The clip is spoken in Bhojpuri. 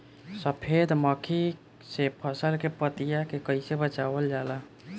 सफेद मक्खी से फसल के पतिया के कइसे बचावल जाला?